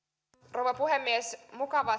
rouva puhemies mukavaa